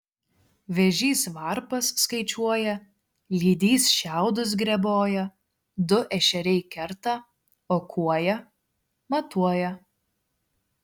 vėžys varpas skaičiuoja lydys šiaudus greboja du ešeriai kerta o kuoja matuoja